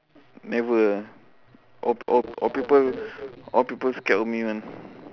never all all all people all people scared of me [one]